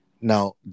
Now